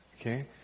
Okay